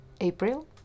April